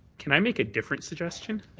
can i make a different suggestion?